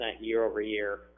year-over-year